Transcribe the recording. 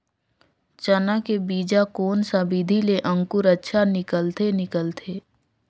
चाना के बीजा कोन सा विधि ले अंकुर अच्छा निकलथे निकलथे